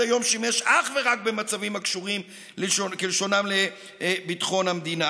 היום שימש אך ורק במצבים הקשורים כלשונם לביטחון המדינה.